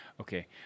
okay